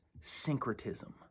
syncretism